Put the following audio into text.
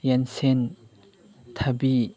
ꯌꯦꯟꯁꯤꯟ ꯊꯕꯤ